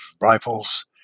rifles